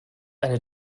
eine